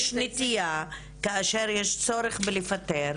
יש נטייה כאשר יש צורך בלפטר,